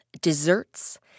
desserts